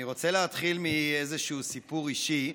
אני רוצה להתחיל מסיפור אישי.